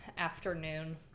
afternoon